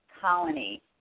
colony